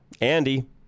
Andy